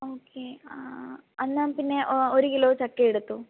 okay എന്നാൽ പിന്നെ ഒരു കിലോ ചക്ക എടുത്തോ